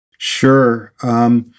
Sure